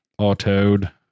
autoed